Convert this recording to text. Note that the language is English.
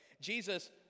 Jesus